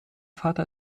vater